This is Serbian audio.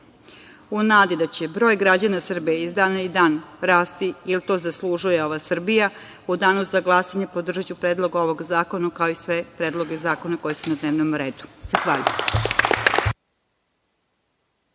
nadi da će broj građana Srbije iz dana u dan rasti, jer to zaslužuje ova Srbija, u danu za glasanje podržaću predlog ovog zakona, kao i sve predloge zakona koji su na dnevnom redu. Zahvaljujem.